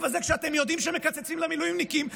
הזה כשאתם יודעים שמקצצים למילואימניקים?